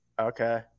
Okay